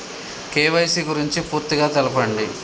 KYC గురించి పూర్తిగా తెలపండి?